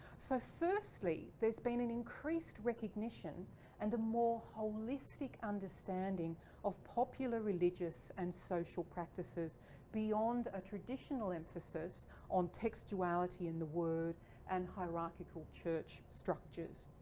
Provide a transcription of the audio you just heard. so firstly there's been an increased recognition and more holistic understanding of popular religious and social practices beyond a traditional emphasis on textuality in the word and hierarchical church structures.